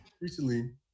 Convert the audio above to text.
recently